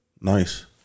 Nice